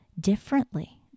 differently